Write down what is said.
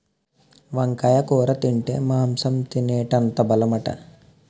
వంకాయ కూర తింటే మాంసం తినేటంత బలమట